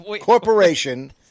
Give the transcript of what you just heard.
Corporation